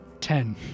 Ten